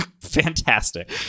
Fantastic